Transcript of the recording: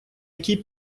якій